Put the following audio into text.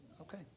Okay